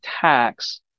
tax